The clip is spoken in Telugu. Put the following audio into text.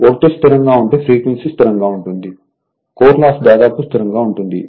వోల్టేజ్ స్థిరంగా ఉంటే ఫ్రీక్వెన్సీ స్థిరంగా ఉంటుందికోర్ లాస్ దాదాపు స్థిరంగా ఉంటుంది